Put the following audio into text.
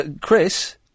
Chris